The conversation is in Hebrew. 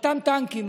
אותם טנקים,